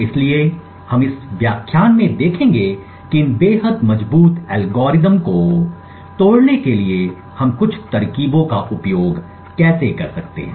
इसलिए हम इस व्याख्यान में देखेंगे कि इन बेहद मजबूत एल्गोरिदम को तोड़ने के लिए हम कुछ तरकीबों का उपयोग कैसे कर सकते हैं